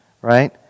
right